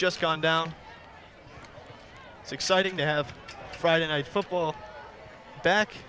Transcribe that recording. just gone down it's exciting to have friday night football back